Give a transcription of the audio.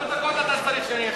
כמה דקות אתה צריך כדי שאני אשיב?